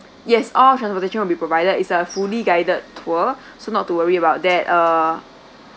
yes all transportation will be provided is a fully guided tour so not to worry about that ah